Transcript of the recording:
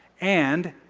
and